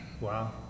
wow